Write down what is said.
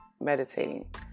meditating